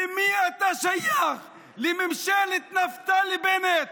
למי אתה שייך, לממשלת נפתלי בנט,